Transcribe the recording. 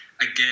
Again